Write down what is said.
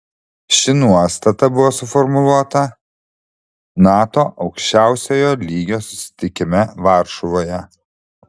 ši nuostata buvo suformuluota nato aukščiausiojo lygio susitikime varšuvoje